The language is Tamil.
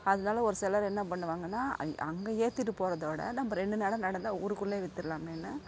அதனால ஒரு சிலர் என்ன பண்ணுவாங்கன்னால் அங் அங்கே ஏத்திகிட்டு போகிறத விட நம்ம ரெண்டு நடை நடந்தால் ஊருக்குள்ளே வித்துடலாமேன்னு